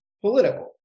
political